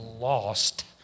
lost